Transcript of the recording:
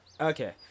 Okay